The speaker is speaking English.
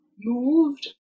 moved